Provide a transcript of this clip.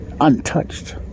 untouched